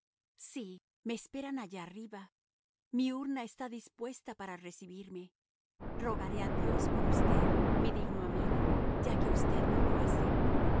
sí me esperan allá arriba mi urna está dispuesta para recibirme rogaré a dios por usted mi digno amigo ya que usted no lo hace